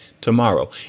tomorrow